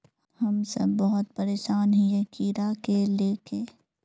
हम सब बहुत परेशान हिये कीड़ा के ले के?